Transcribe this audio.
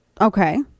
okay